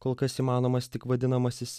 kol kas įmanomas tik vadinamasis